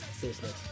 business